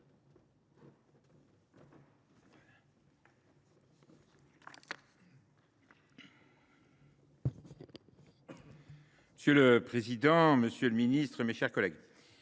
Monsieur le président, monsieur le ministre, mes chers collègues,